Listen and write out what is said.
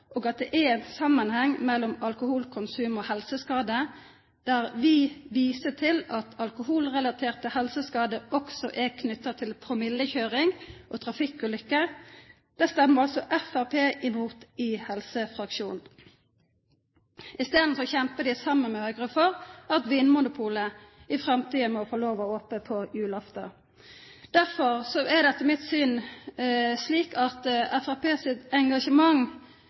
og forbruk når det gjelder alkohol, at det er en sammenheng mellom alkoholkonsum og helseskader, og at alkoholrelaterte helseskader også er knyttet til promillekjøring og trafikkulykker, og dette stemmer altså Fremskrittspartiets helsefraksjonen imot. I stedet kjemper de, sammen med Høyre, for at Vinmonopolet i framtiden må få lov å ha åpent på julaften. Derfor blir etter mitt syn